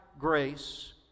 grace